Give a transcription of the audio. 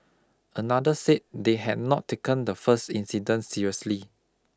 another said they had not taken the first incident seriously